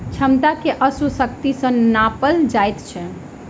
क्षमता के अश्व शक्ति सॅ नापल जाइत अछि